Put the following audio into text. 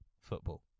football